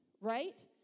right